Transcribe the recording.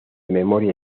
memoria